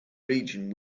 region